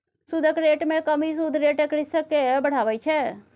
सुदक रेट मे कमी सुद रेटक रिस्क केँ बढ़ाबै छै